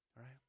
Right